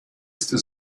ist